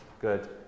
good